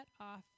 off